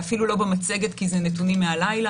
זה אפילו לא במצגת כי אלה נתונים מהלילה.